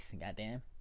Goddamn